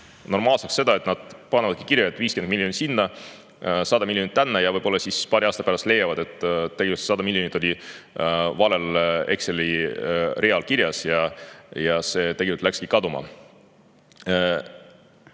normaalseks seda, et nad panevad kirja, et 50 miljonit sinna, 100 miljonit tänna, ja võib-olla siis paari aasta pärast leiavad, et 100 miljonit oli valel Exceli real kirjas ja see tegelikult läkski kaduma.